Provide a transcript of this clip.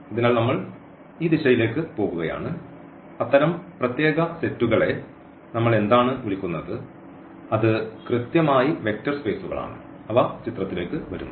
അതിനാൽ നമ്മൾ ഈ ദിശയിലേക്ക് പോകുകയാണ് അത്തരം പ്രത്യേക സെറ്റുകളെ നമ്മൾ എന്താണ് വിളിക്കുന്നത് അത് കൃത്യമായി വെക്റ്റർ സ്പെയ്സുകളാണ് അവ ചിത്രത്തിലേക്ക് വരുന്നു